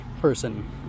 person